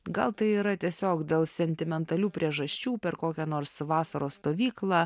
gal tai yra tiesiog dėl sentimentalių priežasčių per kokią nors vasaros stovyklą